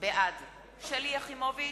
בעד שלי יחימוביץ,